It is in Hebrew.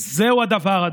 זהו הדבר,